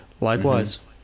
Likewise